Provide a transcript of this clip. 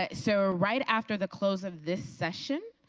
ah so right after the close of this session,